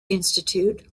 institute